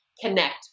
connect